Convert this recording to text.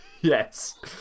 yes